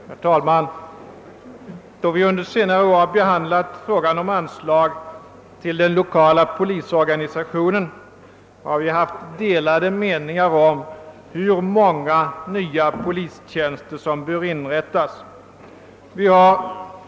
Herr talman! Då vi under senare år har behandlat frågan om anslag till den lokala polisorganisationen har vi haft delade meningar om hur många nya Ppolistjänster som bör inrättas.